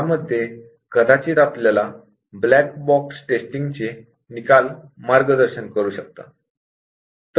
यामध्ये कदाचित आपल्याला ब्लॅक बॉक्स टेस्टिंग चे निकाल मार्गदर्शन करू शकतात